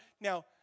Now